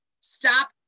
stop